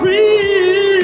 Free